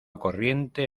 corriente